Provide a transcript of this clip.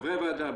חברי הוועדה,